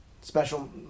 special